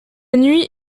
nuit